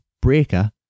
Breaker